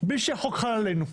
קלטנו בלי שהחוק חל עלינו,